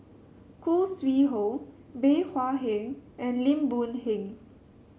Khoo Sui Hoe Bey Hua Heng and Lim Boon Heng